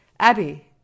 Abby